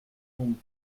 poem